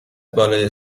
بالای